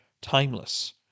timeless